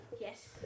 Yes